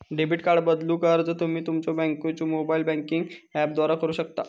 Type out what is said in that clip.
debit card बदलूक अर्ज तुम्ही तुमच्यो बँकेच्यो मोबाइल बँकिंग ऍपद्वारा करू शकता